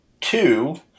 two